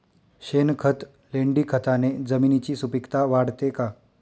शेणखत, लेंडीखताने जमिनीची सुपिकता वाढते का?